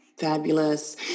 Fabulous